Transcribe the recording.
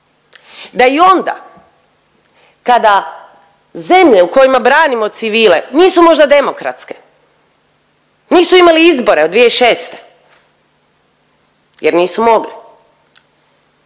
da i onda kada zemlje u kojima branimo civile nisu možda demokratske, nisu imali izbore od 2006. jer nisu mogli